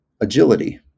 agility